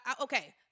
okay